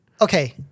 Okay